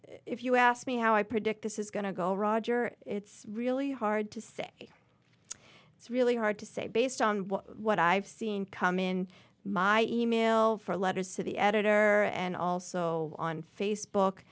if you ask me how i predict this is going to go roger it's really hard to say it's really hard to say based on what i've seen come in my e mail for letters to the editor and also on facebook